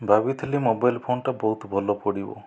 ଭାବିଥିଲି ମୋବାଇଲ ଫୋନଟା ବହୁତ ଭଲ ପଡ଼ିବ